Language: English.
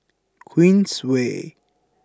Queensway